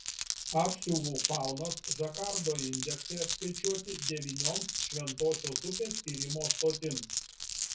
apsiuvų faunos žakardo indeksai apskaičiuoti devynioms šventosios upės tyrimo stotims